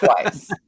twice